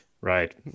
Right